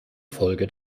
folge